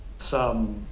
some.